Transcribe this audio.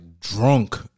drunk